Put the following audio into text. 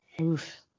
Oof